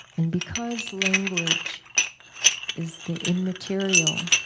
and because language is the immaterial,